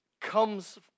comes